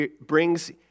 brings